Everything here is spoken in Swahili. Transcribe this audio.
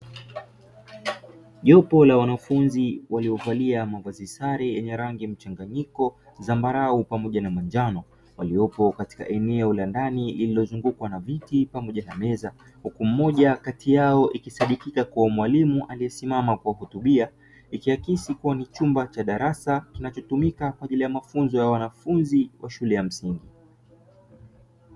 Jopo la wanafunzi waliokolia mavazi sare yenye rangi ya mchanganyiko zambarau pamoja na manjano. Waliopo katika eneo la ndani lililozungukwa na viti pamoja meza. Huku mmoja kati yao ikisadikika kuwa mwalimu aliyesimama kwa kuhutubia. Chumba cha darasa kinachotumika kwa ajili ya mafunzo ya wanafunzi shule ya msingi.